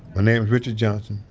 my name's richard johnson.